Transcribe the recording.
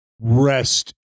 Rest